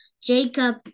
Jacob